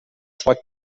zwar